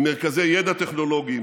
עם מרכזי ידע טכנולוגיים,